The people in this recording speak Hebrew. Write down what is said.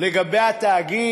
לגבי התאגיד,